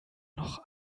noch